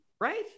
right